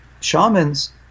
shamans